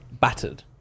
battered